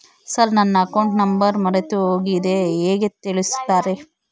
Sir ನನ್ನ account number ಮರೆತುಹೋಗಿದೆ ಹೇಗೆ ತಿಳಿಸುತ್ತಾರೆ?